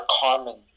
carmen